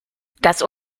das